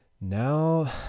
now